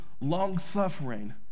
long-suffering